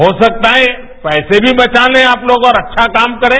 हो सकता है पैसे भी बचा ले आप लोग और अच्छा काम करे